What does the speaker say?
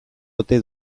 ote